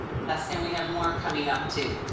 yes, and we have more coming up too.